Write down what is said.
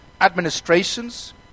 administrations